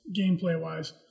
gameplay-wise